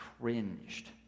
cringed